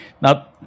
Now